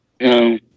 No